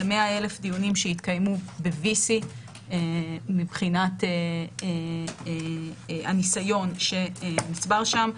100,000 דיונים שהתקיימו ב-VC מבחינת הניסיון שנצבר שם.